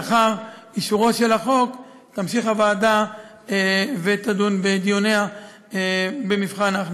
לאחר אישורו של החוק תמשיך הוועדה ותדון בדיוניה במבחן ההכנסה.